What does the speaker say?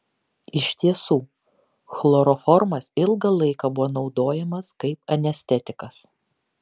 iš tiesų chloroformas ilgą laiką buvo naudojamas kaip anestetikas